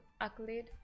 accolade